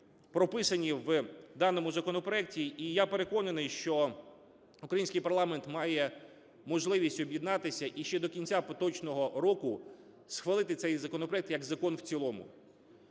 прописані в даному законопроекті і я переконаний, що український парламент має можливість об'єднатися і ще до кінця поточного року схвалити цей законопроект як закон в цілому.